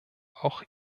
auch